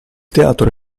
teatro